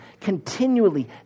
continually